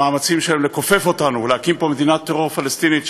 במאמצים שלהם לכופף אותנו ולהקים פה מדינת טרור פלסטינית,